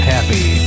Happy